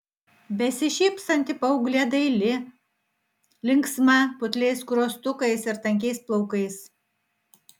besišypsanti paauglė daili linksma putliais skruostukais ir tankiais plaukais